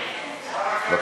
באוויר,